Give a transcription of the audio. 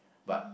but